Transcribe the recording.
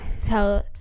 Tell